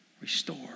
restore